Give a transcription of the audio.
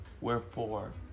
wherefore